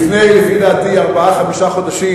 לפני, לדעתי, ארבעה-חמישה חודשים,